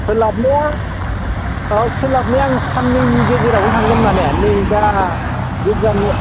सोलाबनाया औ सोलाबनाया आङो साननैनि गेजेरावनो थांगोन मानि नै दा गिर्जा न'